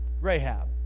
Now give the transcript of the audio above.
Rahab